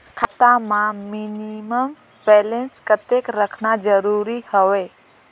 खाता मां minimum balance कतेक रखना जरूरी हवय?